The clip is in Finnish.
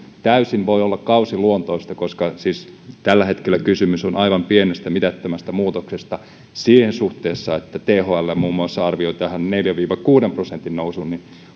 voi olla täysin kausiluontoista koska tällä hetkellä kysymys on aivan pienestä mitättömästä muutoksesta suhteessa siihen että thl muun muassa arvioi tähän neljän viiva kuuden prosentin nousun